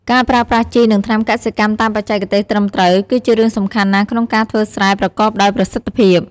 ការប្រើប្រាស់ជី និងថ្នាំកសិកម្មតាមបច្ចេកទេសត្រឹមត្រូវ គឺជារឿងសំខាន់ណាស់ក្នុងការធ្វើស្រែប្រកបដោយប្រសិទ្ធភាព។